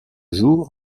jour